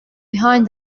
behind